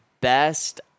best